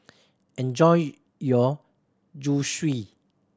enjoy your Zosui